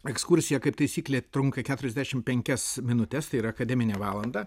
ekskursija kaip taisyklė trunka keturiasdešim penkias minutes tai yra akademinę valandą